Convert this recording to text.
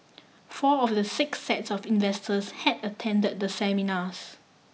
four of the six sets of investors had attend the seminars